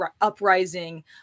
uprising